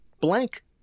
blank